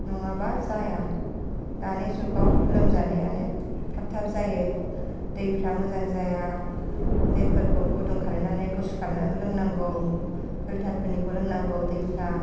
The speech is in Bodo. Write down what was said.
नङाबा जाया दानि जुगाव लोमजानायानो थाब थाब जायो दैफोरा मोजां जाया दैफोरखौ गुदुं खालामनानै गुसु खालामना लोंनांगौ फिल्टार फोरनिखौ लोंनांगौ दैफोरा